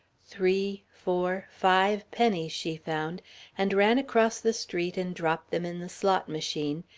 three, four, five pennies she found and ran across the street and dropped them in the slot machine,